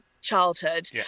childhood